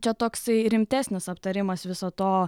čia toksai rimtesnis aptarimas viso to